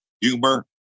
humor